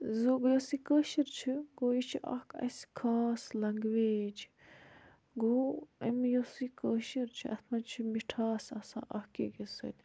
زُ گوٚو یۄس یہِ کٲشِر چھِ گوٚو یہِ چھِ اَکھ اَسہِ خاص لَنٛگویج گوٚو اَمہِ یۄس یہِ کٲشُر چھِ اَتھ منٛز چھِ مِٹھاس آسان اَکھ أکِس سۭتۍ